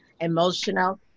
emotional